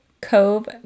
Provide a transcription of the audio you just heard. Cove